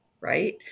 right